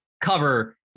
cover